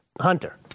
Hunter